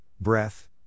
Breath